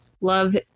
love